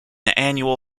annual